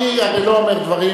אני הרי לא אומר דברים,